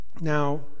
Now